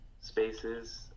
spaces